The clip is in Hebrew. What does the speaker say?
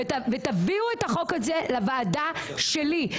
ותביאו את החוק הזה לוועדה שלי.